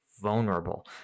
vulnerable